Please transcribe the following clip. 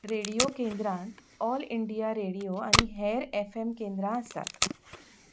radio केंद्रांत all India radio आनी हेर एफ एम केंद्रां आसात